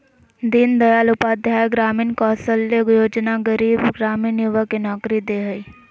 दीन दयाल उपाध्याय ग्रामीण कौशल्य योजना गरीब ग्रामीण युवा के नौकरी दे हइ